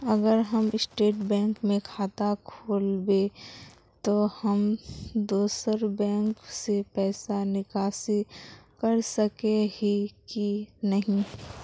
अगर हम State Bank में खाता खोलबे तो हम दोसर बैंक से पैसा निकासी कर सके ही की नहीं?